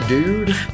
Dude